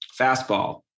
fastball